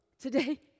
today